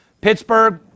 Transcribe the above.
Pittsburgh